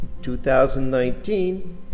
2019